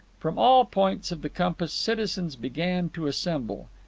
from all points of the compass citizens began to assemble,